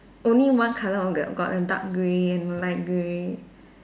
only one colour on the got a dark grey and light grey